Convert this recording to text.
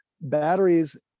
batteries